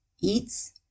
eats